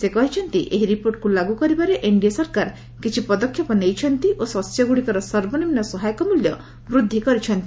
ସେ କହିଛନ୍ତି ଏହି ରିପୋର୍ଟକୁ ଲାଗୁ କରିବାରେ ଏନ୍ଡିଏ ସରକାର କିଛି ପଦକ୍ଷେପ ନେଇଛନ୍ତି ଓ ଶସ୍ୟଗୁଡ଼ିକର ସର୍ବନିମ୍ବ ସହାୟକ ମୂଲ୍ୟ ବୃଦ୍ଧି କରିଛନ୍ତି